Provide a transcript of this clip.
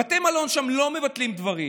בבתי מלון שם לא מבטלים דברים,